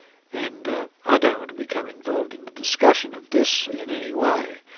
and i don't want to become involved in the discussion of this in any way,